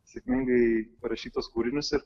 sėkmingai parašyt tuos kūrinius ir